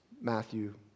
Matthew